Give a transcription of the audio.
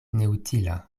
neutila